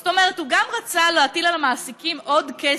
זאת אומרת, הוא רצה להטיל על המעסיקים עוד תשלום,